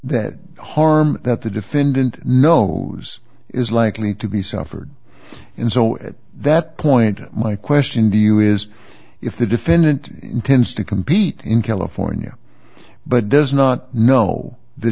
that harm that the defendant know is likely to be suffered in so at that point my question to you is if the defendant intends to compete in california but does not know that